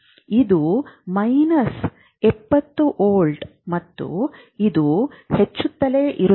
ಇದು minus 70 volt ಮತ್ತು ಇದು ಹೆಚ್ಚುತ್ತಲೇ ಇರುತ್ತದೆ